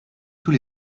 tous